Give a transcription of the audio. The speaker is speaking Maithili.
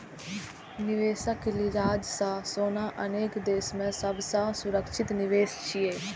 निवेशक लिजाज सं सोना अनेक देश मे सबसं सुरक्षित निवेश छियै